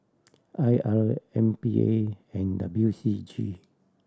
I R M P A and W C G